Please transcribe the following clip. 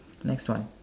next one